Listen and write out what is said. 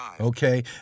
Okay